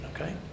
okay